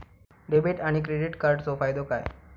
Debit आणि credit कार्डचो फायदो काय?